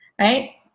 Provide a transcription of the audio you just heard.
right